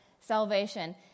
salvation